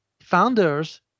founders